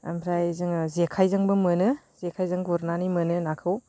ओमफ्राय जोङो जेखाइजोंबो मोनो जेखाइजों गुरनानै मोनो नाखौ